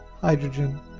hydrogen